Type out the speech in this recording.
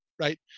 right